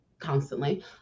constantly